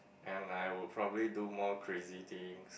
and I would probably do more crazy things